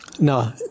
No